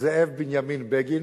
זאב בנימין בגין,